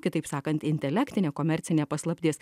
kitaip sakant intelektinė komercinė paslaptis